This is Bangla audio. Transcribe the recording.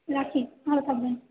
রাখি ভালো থাকবেন